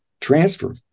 transfer